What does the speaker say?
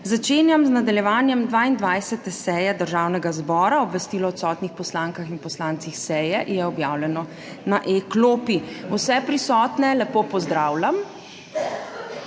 Začenjam z nadaljevanjem 22. seje Državnega zbora. Obvestilo o odsotnih poslankah in poslancih s seje je objavljeno na e-klopi. Vse prisotne lepo pozdravljam!